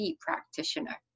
practitioner